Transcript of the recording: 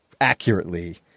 accurately